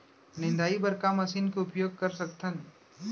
निंदाई बर का मशीन के उपयोग कर सकथन?